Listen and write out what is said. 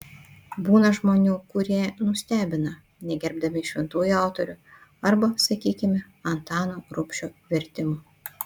būna žmonių kurie nustebina negerbdami šventųjų autorių arba sakykime antano rubšio vertimų